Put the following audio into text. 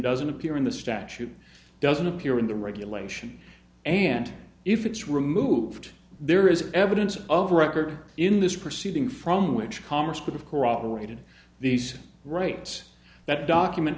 doesn't appear in the statute doesn't appear in the regulation and if it's removed there is evidence of record in this proceeding from which congress could have caught the rated these rights that document